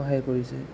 সহায় কৰিছে